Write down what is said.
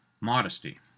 Modesty